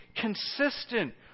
consistent